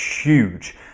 huge